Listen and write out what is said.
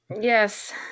Yes